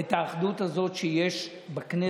את האחדות הזאת שיש בכנסת,